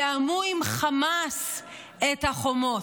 תיאמו עם חמאס את החומות.